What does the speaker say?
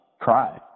cry